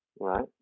Right